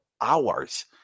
hours